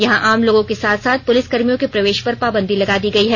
यहां आम लोगों के साथ साथ पुलिस कर्मियों के प्रवेश पर पाबंदी लगा दी गई है